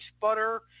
butter